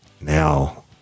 Now